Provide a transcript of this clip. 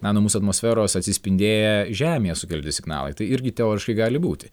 na nuo mūsų atmosferos atsispindėję žemėje sukelti signalai tai irgi teoriškai gali būti